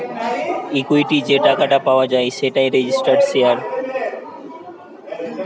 equity যে টাকাটা পাওয়া যায় সেটাই রেজিস্টার্ড শেয়ার